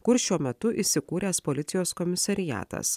kur šiuo metu įsikūręs policijos komisariatas